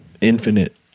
infinite